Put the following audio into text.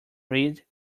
read